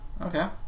Okay